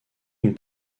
une